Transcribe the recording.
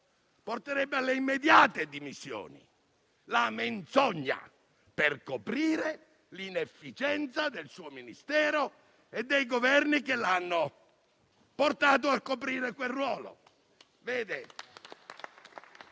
porterebbe alle immediate dimissioni: la menzogna per coprire l'inefficienza del suo Ministero e dei Governi che l'hanno portata a ricoprire quel ruolo